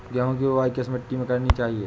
गेहूँ की बुवाई किस मिट्टी में करनी चाहिए?